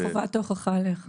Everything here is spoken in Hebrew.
עכשיו חובת ההוכחה עליך.